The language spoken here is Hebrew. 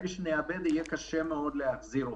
יהיה קשה מאוד להחזיר אותם.